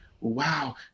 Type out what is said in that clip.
wow